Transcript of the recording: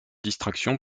distraction